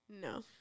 No